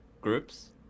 Groups